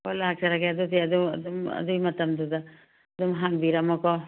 ꯑꯣ ꯂꯥꯛꯆꯔꯒꯦ ꯑꯗꯨꯗꯤ ꯑꯗꯣ ꯑꯗꯨꯝ ꯑꯗꯨꯒꯤ ꯃꯇꯝꯗꯨꯗ ꯑꯗꯨꯝ ꯍꯥꯡꯕꯤꯔꯝꯃꯣꯀꯣ